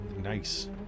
nice